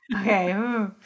Okay